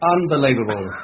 Unbelievable